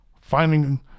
finding